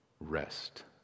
rest